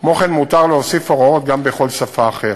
כמו כן, מותר להוסיף הוראות גם בכל שפה אחרת.